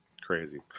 Crazy